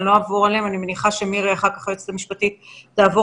אני מציעה שנהיה קונקרטיים ונעבור